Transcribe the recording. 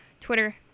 Twitter